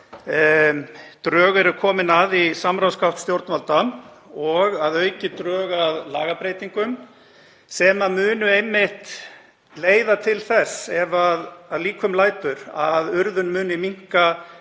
drög eru komin að í samráðsgátt stjórnvalda. Að auki eru drög að lagabreytingum sem munu einmitt leiða til þess, ef að líkum lætur, að urðun minnki